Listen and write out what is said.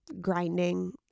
grinding